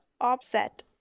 offset